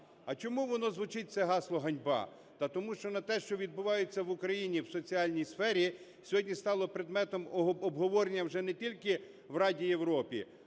А чому воно звучить це гасло "Ганьба?" Та тому, що на те, що відбувається в Україні в соціальній сфері, сьогодні стало предметом обговорення вже не тільки в Раді Європи,